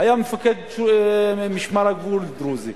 היה מפקד משמר הגבול דרוזי,